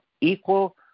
equal